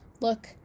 look